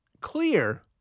clear